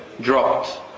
dropped